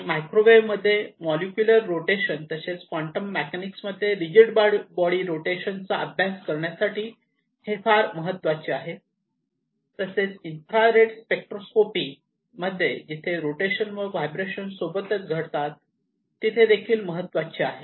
आणि मायक्रोवेव मध्ये molecular rotation तसेच क्वांटम मेकॅनिक्स मध्ये रिजिड बॉडी रोटेशन चा अभ्यास करण्यासाठी हे फार महत्त्वाचे आहे आणि तसेच इन्फ्रारेड स्पेक्ट्रोस्कॉपी मध्ये जिथे रोटेशन व व्हायब्रेशन सोबतच घडतात तिथेदेखील महत्त्वाचे आहे